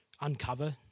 uncover